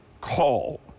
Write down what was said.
Call